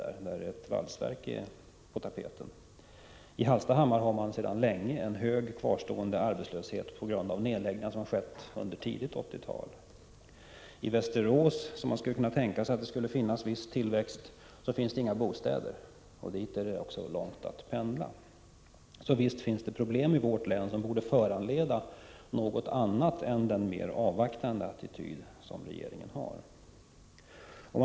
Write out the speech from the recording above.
Där är ett valsverk på tapeten. I Hallstahammar har man sedan länge en hög kvarstående arbetslöshet på grund av nedläggningar som skett under tidigt 80-tal. I Västerås, där man skulle kunna tänka sig att det finns en viss tillväxt, finns inga bostäder. Dit är det också långt att pendla. Visst finns det problem i vårt län som borde föranleda något annat än den avvaktande attityd som regeringen har.